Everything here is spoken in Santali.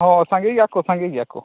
ᱦᱳᱭ ᱥᱟᱸᱜᱮ ᱜᱮᱭᱟ ᱠᱚ ᱥᱟᱸᱜᱮ ᱜᱮᱭᱟ ᱠᱚ